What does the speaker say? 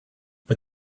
but